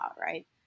right